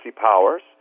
powers